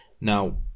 Now